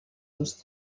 dos